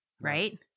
Right